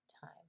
time